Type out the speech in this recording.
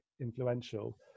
influential